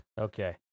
Okay